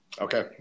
Okay